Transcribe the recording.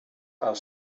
are